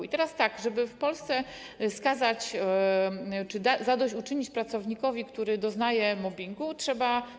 I teraz tak: żeby w Polsce kogoś skazać czy zadośćuczynić pracownikowi, który doznaje mobbingu, trzeba.